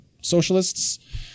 socialists